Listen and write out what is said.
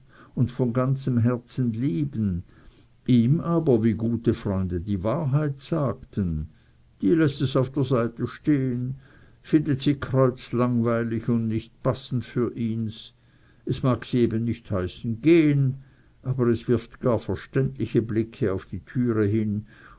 und von ganzem herzen liebten ihm aber wie gute freunde die wahrheit sagten die läßt es auf der seite stehen findet sie kreuzlangweilig und nicht passend für ihns es mag sie eben nicht heißen gehen aber es wirft gar verständliche blicke auf die türe hin